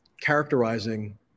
characterizing